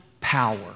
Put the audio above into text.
power